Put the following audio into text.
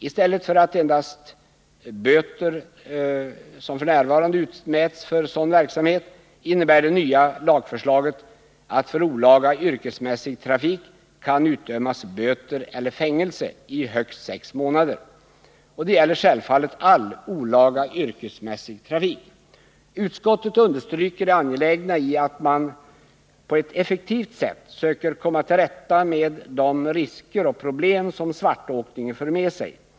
I stället för att endast böter utdöms, som f.n. utmäts för sådan verksamhet, innebär det nya lagförslaget att för olaga yrkesmässig trafik kan utdömas böter eller fängelse i högst sex månader. Detta gäller självfallet all olaga yrkesmässig trafik. Utskottet understryker det angelägna i att man på ett effektivt sätt söker komma till rätta med de risker och problem som svartåkningen för med sig.